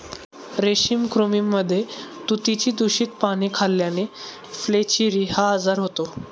रेशमी कृमींमध्ये तुतीची दूषित पाने खाल्ल्याने फ्लेचेरी हा आजार होतो